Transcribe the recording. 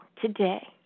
today